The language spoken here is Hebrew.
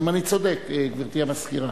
האם אני צודק, גברתי המזכירה?